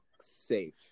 safe